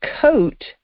coat